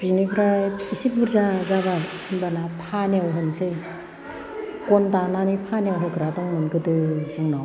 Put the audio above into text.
बिनिफ्राय एसे बुरजा जाबा होनबा ना फानायाव होनोसै गन दाननानै फानायाव होग्रा दंमोन गोदो जोंनाव